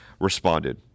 responded